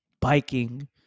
biking